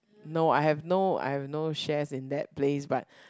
no I have no I have no shares in that place but